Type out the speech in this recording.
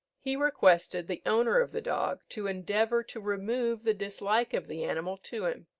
he requested the owner of the dog to endeavour to remove the dislike of the animal to him.